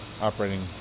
operating